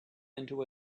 into